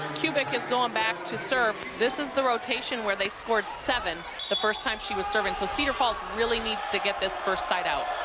kubik is going back to serve this is the rotation where they scored seven the first time she was serving. so cedar falls really needs to get this first side out.